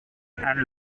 and